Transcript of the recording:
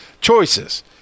choices